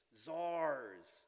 czars